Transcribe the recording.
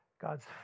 God's